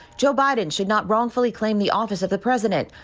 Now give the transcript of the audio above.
joe biden should not wrongfully claim the office of the president.